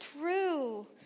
true